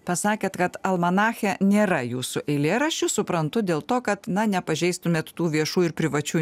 pasakėt kad almanache nėra jūsų eilėraščių suprantu dėl to kad na nepažeistumėt tų viešų ir privačių